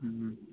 ꯎꯝ